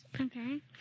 Okay